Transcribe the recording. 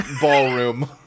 ballroom